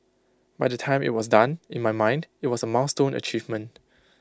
by the time IT was done in my mind IT was A milestone achievement